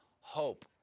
hope